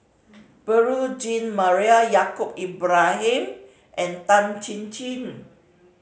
Beurel Jean Marie Yaacob Ibrahim and Tan Chin Chin